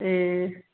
ए